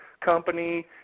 company